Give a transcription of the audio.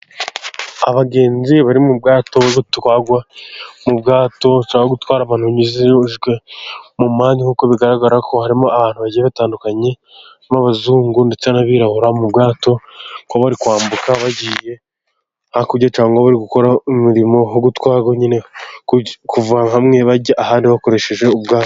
Abagenzi bari mu bwato butwarwa, mu bwato cyangwa gutwara abantu binjijwe mu myanya, nk'uko bigaragara ko harimo abantu bagiye batandukanye b'abazungu ndetse n'abirabura mu bwato, ko bari kwambuka bagiye hakurya cyangwa ngo bari gukora umurimo wo gutwarwa nyine, kuva hamwe bajya ahandi bakoresheje ubwato.